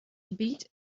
beat